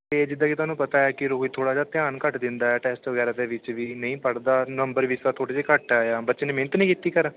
ਅਤੇ ਜਿੱਦਾਂ ਕਿ ਤੁਹਾਨੂੰ ਪਤਾ ਅ ਰੋਹਿਤ ਥੋੜ੍ਹਾ ਜਿਹਾ ਧਿਆਨ ਘੱਟ ਦਿੰਦਾ ਟੈਸਟ ਵਗੈਰਾ ਦੇ ਵਿੱਚ ਵੀ ਨਹੀਂ ਪੜ੍ਹਦਾ ਨੰਬਰ ਵੀ ਇਸ ਵਾਰ ਥੋੜ੍ਹੇ ਜਿਹੇ ਘੱਟ ਆਏ ਆ ਬੱਚੇ ਨੇ ਮਿਹਨਤ ਨਹੀਂ ਕੀਤੀ ਘਰ